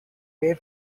rare